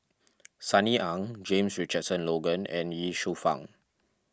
Sunny Ang James Richardson Logan and Ye Shufang